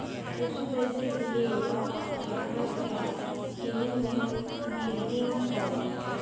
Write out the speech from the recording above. পশুদেরকে লিঁয়ে লক যেমল চায় এলিম্যাল বিরডিং ক্যরে